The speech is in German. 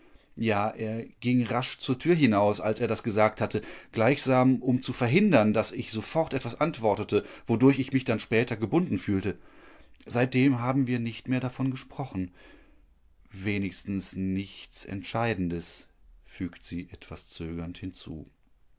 ja er ging rasch zur tür hinaus als er das gesagt hatte gleichsam um zu verhindern daß ich sofort etwas antwortete wodurch ich mich dann später gebunden fühlte seitdem haben wir nicht mehr davon gesprochen wenigstens nichts entscheidendes fügt sie etwas zögernd hinzu